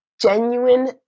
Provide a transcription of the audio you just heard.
genuine